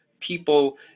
people